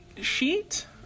sheet